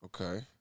Okay